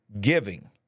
giving